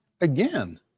again